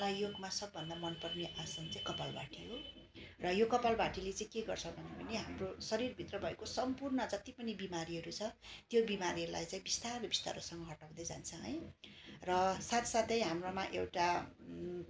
मलाई योगमा सबभन्दा मनपर्ने आसन चाहिँ कपालभाती हो र यो कपालभातीले चाहिँ के गर्छ भने भने हाम्रो शरीरभित्र भएको सम्पूर्ण जति पनि बिमारीहरू छ त्यो बिमारीलाई चाहिँ बिस्तारो बिस्तारोसँग हटाउँदै जान्छ है र साथसाथै हाम्रामा एउटा